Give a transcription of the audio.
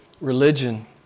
religion